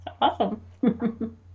Awesome